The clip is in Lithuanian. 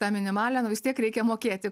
tą minimalią nu vis tiek reikia mokėti